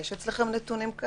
האם יש אצלכם נתונים כאלה?